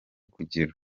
kugira